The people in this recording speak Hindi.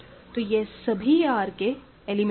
तो यह सभी R के एलिमेंट्स हैं